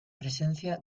presencia